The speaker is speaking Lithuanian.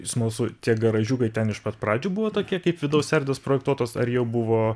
smalsu tie garažiukai ten iš pat pradžių buvo tokie kaip vidaus erdvės projektuotos ar jie buvo